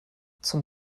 zum